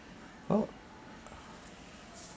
oh